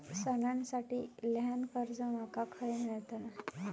सणांसाठी ल्हान कर्जा माका खय मेळतली?